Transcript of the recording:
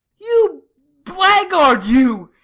you blackguard, you!